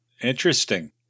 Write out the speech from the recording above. Interesting